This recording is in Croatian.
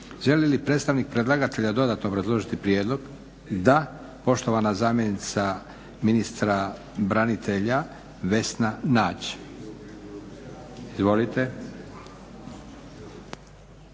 Želi li predstavnik predlagatelja dodatno obrazložiti prijedlog? Da. Poštovana zamjenica ministra branitelja Vesna Nađ. Izvolite.